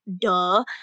duh